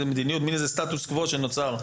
זאת מדיניות ומעין סטטוס קוו שנוצר.